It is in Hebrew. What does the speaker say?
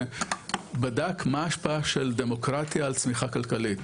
שבדק מה ההשפעה של דמוקרטיה על צמיחה כלכלית,